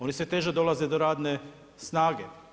Oni sve teže dolaze do radne snage.